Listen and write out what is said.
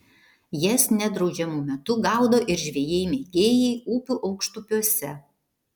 jas nedraudžiamu metu gaudo ir žvejai mėgėjai upių aukštupiuose